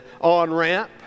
on-ramp